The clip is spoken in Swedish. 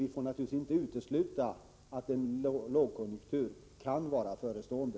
Vi får naturligtvis inte utesluta att en lågkonjunktur kan vara förestående.